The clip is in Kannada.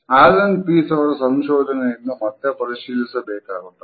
ಅಲೆನ್ ಪೀಸ್ ಅವರ ಸಂಶೋಧನೆಯನ್ನು ಮತ್ತೆ ಪರಿಶೀಲಿಸಬೇಕಾಗುತ್ತದೆ